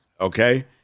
Okay